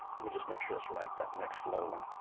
let me just make sure it's right, that mixed flow one,